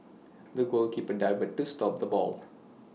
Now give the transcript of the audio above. the goalkeeper dived to stop the ball